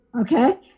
okay